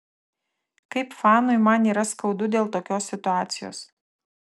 kaip fanui man yra skaudu dėl tokios situacijos